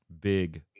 Big